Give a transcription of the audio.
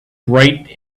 bright